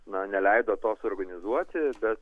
na neleido to suorganizuoti bet